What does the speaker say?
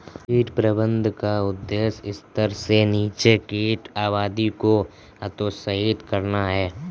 कीट प्रबंधन का उद्देश्य स्तर से नीचे कीट आबादी को हतोत्साहित करना है